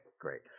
great